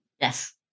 Yes